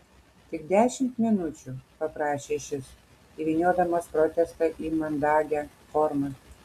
tik dešimt minučių paprašė šis įvyniodamas protestą į mandagią formą